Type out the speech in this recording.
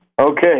Okay